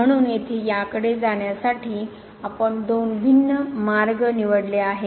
म्हणून येथे याकडे जाण्यासाठी आपण दोन भिन्न मार्ग निवडले आहेत